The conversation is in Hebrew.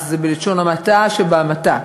וזה בלשון המעטה שבהמעטה,